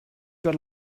got